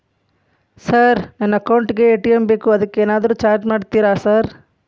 Sir ನನ್ನ account ಗೇ ATM ಬೇಕು ಅದಕ್ಕ ಏನಾದ್ರು ಚಾರ್ಜ್ ಮಾಡ್ತೇರಾ ಸರ್?